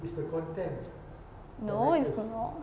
no it's not